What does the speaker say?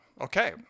Okay